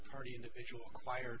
party individual fire